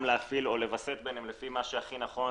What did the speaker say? להפעיל או לווסת ביניהם לפי מה שהכי נכון